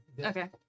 Okay